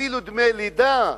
אפילו דמי לידה,